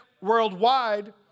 worldwide